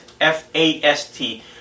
F-A-S-T